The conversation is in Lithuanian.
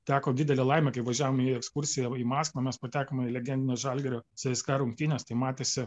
teko didelė laimė kai važiavom į ekskursiją į maskvą mes patekome į legendinio žalgirio cska rungtynes tai matėsi